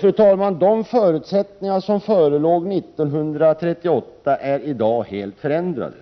Fru talman! De förutsättningar som förelåg 1938 är i dag helt förändrade.